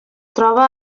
troba